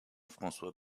françois